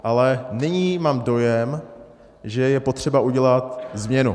Ale nyní mám dojem, že je potřeba udělat změnu.